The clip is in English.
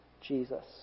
Jesus